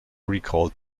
recalled